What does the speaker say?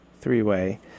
three-way